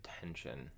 tension